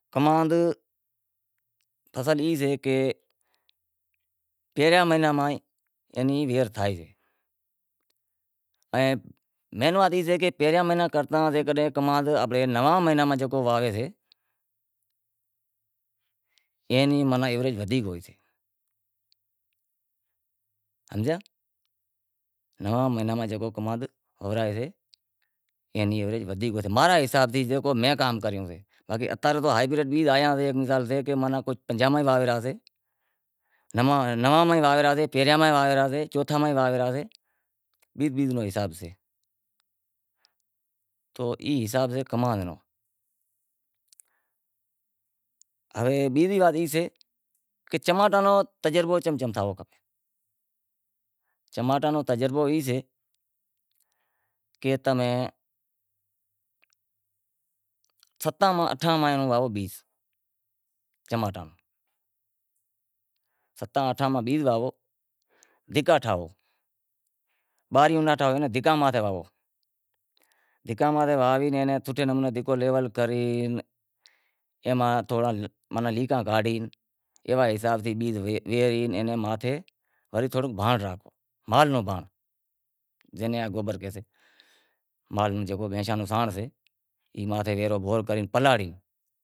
تو اتا رے مانڑو زکو ای حساب زوئاں ساں تو اماں رو وقت گزریو، بچپن تھی کرے جوانی ہوندہی بھلوں گزریوں، ماشا الا ای وقت یاد کراں ساں کہ ای ٹیم ہتو، سستائی بھی ہتی ان محبت بھی ہتی، ای مانڑاں میں قربت بھی ہتی، انسان رو لحاظ بھی ہتو ہر واتوں ہتیوں مائیٹاں میں دعا سلام اگتے پوئتے وات وگت کیوا حساب سیں موٹا سیں وات تھائیسے چیوا حساب سیں ما سیں وات تھائیسے ننہاں موٹاں رو ایک ادب کرووں کھپے، اتا رے جیکو نسل رہی، ای نکو اتاری نسل رہیو ای باپ رو ادب نتھی کرے رہیو، کیوا حساب سیں، مثال کاکو سے زاں اینا سیں موٹو سے پسے بھائی سے تو ڈاریک اینو نام لیسیں، رہیو فلانڑا اینو فلانڑا، اینو کاکو تھئے رہیو تو اینے کاکو کہتا شرم آوی رہیو سے، تو حساب زوتاں وقت ٹیم ایووں آوے گیو سے، کٹھور آوی گیو سے ای حساب تھی اتاں رے جیکو نسل ری وجہ منیں تو زویا میں نتھی آوتو۔ آگر ایئاں ناں نصیب سے آپیں چلو ڈوکھیا سوکھیا ڈینہیں چلو گزارے گیا ٹیم نیں کاڈھی زاشاں، آپیں ایئاں نیں ہمازانڑاں کہ کیوا حساب سیں موٹاں سیں وات تھائیسے، ڈاڈے سیں وات تھائیسے، کاکے سیں وات تھائیسے، ڈاڈی سیں وات تھائیسے، نانی سیں وات تھائیسے۔